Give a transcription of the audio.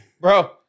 bro